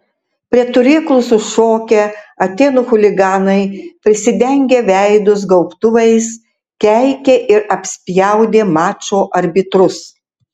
prie turėklų sušokę atėnų chuliganai prisidengę veidus gaubtuvais keikė ir apspjaudė mačo arbitrus